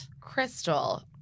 Crystal